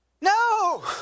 No